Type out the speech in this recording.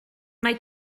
mae